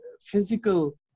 physical